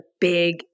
big